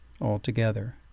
altogether